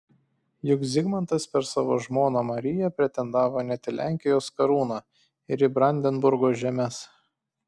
juk zigmantas per savo žmoną mariją pretendavo net į lenkijos karūną ir į brandenburgo žemes